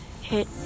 hit